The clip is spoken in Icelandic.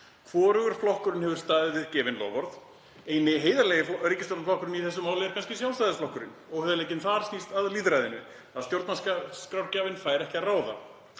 Hvorugur flokkurinn hefur staðið við gefin loforð. Eini heiðarlegi ríkisstjórnarflokkurinn í þessu máli er kannski Sjálfstæðisflokkurinn. Óheiðarleikinn þar snýr að lýðræðinu, að stjórnarskrárgjafinn fær ekki að ráða.